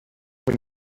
when